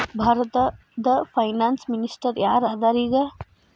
ಭಾರತದ finance minister ಯಾರ್ ಅದರ ಈಗ?